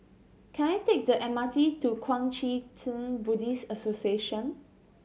can I take the M R T to Kuang Chee Tng Buddhist Association